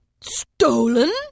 Stolen